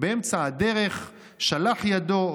באמצע הדרך שלח ידו,